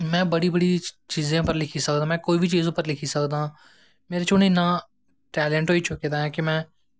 ते में बड़ी बड़ी चीजें पर लिखी सकदा में कुसै पर बी लिखी सकदा आं मेरे च हून इन्ना टैलैंट होई चुके दा ऐ कि में